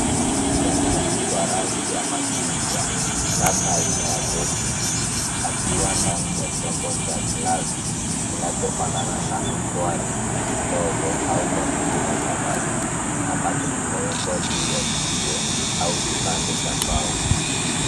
Ni samaki wa rangi ya machungwa labda aina ya goldfish akiwa ndani ya chombo cha glasi kinachofanana na ukwari ndogo au bakuli la samaki ambacho kimekwa juu ya jiwe au kipande cha mbao.